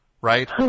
right